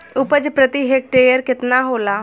उपज प्रति हेक्टेयर केतना होला?